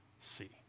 see